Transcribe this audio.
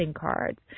cards